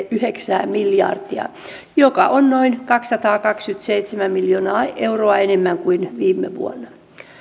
yhdeksää miljardia joka on noin kaksisataakaksikymmentäseitsemän miljoonaa euroa enemmän kuin viime vuonna